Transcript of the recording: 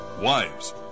Wives